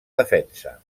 defensa